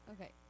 Okay